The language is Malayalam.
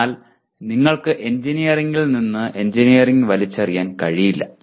എന്നാൽ നിങ്ങൾക്ക് എഞ്ചിനീയറിംഗിൽ നിന്ന് എഞ്ചിനീയറിംഗ് വലിച്ചെറിയാൻ കഴിയില്ല